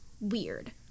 weird